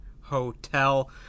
Hotel